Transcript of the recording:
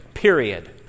Period